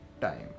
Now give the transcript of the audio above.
time